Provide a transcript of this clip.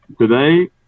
Today